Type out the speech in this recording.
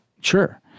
Sure